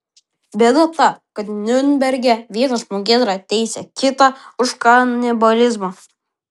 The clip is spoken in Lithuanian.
bėda ta kad niurnberge vienas žmogėdra teisė kitą už kanibalizmą